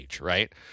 right